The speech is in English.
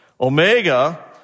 Omega